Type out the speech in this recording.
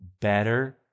better